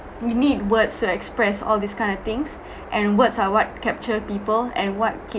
you need words to express all these kind of things and words are what capture people and what keep